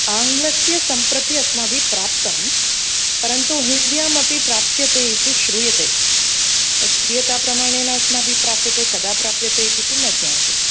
आङ्ग्लस्य सम्प्रति अस्माभिः प्राप्तम् परन्तु हिन्द्यामपि प्राप्स्यते इति श्रूयते तत् कीयता प्रमाणेन अस्माभिः प्राप्यते कदा प्राप्यते इति तु न ज्ञायते